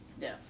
Yes